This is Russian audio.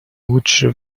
лучшее